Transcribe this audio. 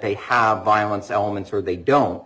they have violence elements or they don't